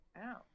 Ow